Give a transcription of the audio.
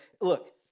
look